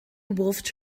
wolfed